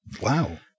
Wow